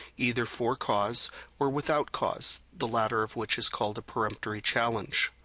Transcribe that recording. either for cause or without cause, the latter of which is called a peremptory challenge.